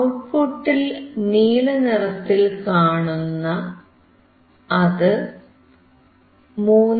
ഔട്ട്പുട്ടിൽ നീലനിറത്തിൽ കാണുന്ന അത് 3